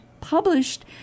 published